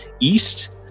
east